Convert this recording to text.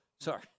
Sorry